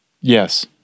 Yes